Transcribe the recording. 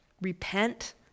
repent